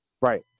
Right